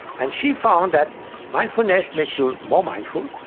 and she found that mindfulness makes you more mindful,